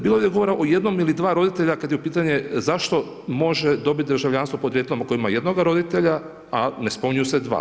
Bilo je govora o jednom ili dva roditelja kad je pitanje zašto može dobiti državljanstvo podrijetlom ako ima jednoga roditelja, a ne spominju se dva.